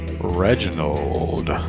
Reginald